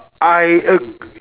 I A